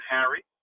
Harry